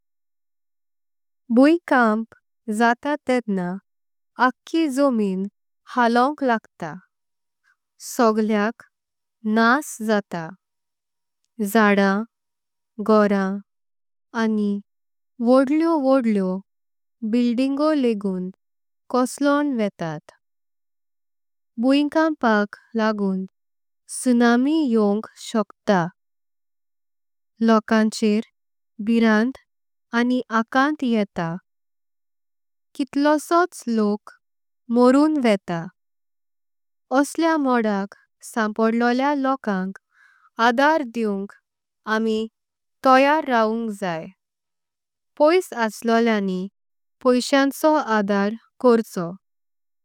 बुइंकंप जाता तेद्ना अखी जमीन हालोंक लागतआ। सगल्यक नास जातआ जड्डाम घोराम आनी। व्होड़ले व्होड़ले बिल्डिंगो लेगून कोसलून वेतात। बुइंकंपाक लेगून सुनामी येवंक शकता लोकांचेर। भीरांत्त आनी आकांत येता कितलोसोच लोक। मोरून वेता ओसले मोदक संपोड़लोलें लोकांक। आधार दिउंक आमी तैयार रवंक जाई। पैश असलोल्यांनी पैशेचो आधार कोरचो।